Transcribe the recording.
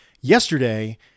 Yesterday